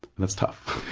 and that's tough.